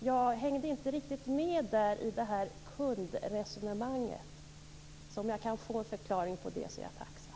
Jag hängde inte riktigt med i kundresonemanget, så om jag kan få en förklaring vore jag tacksam.